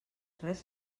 res